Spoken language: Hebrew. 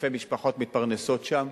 אלפי משפחות מתפרנסות שם,